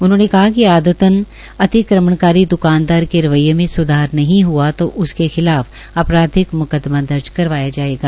उन्होंने कहा कि आदतन अतिक्रमणकारी द्वकानदार के रवैये में सुधार नहीं हआ तो उसके खिलाफ आपराधिक मुकद्दमा दर्ज करवाया जाएगा